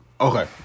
okay